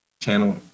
channel